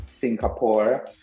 Singapore